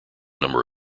number